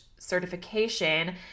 Certification